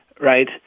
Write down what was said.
right